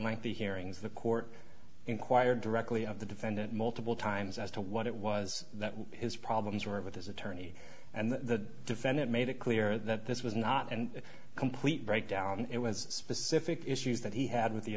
the hearings the court inquired directly of the defendant multiple times as to what it was that his problems were with his attorney and the defendant made it clear that this was not and complete breakdown it was specific issues that he had with the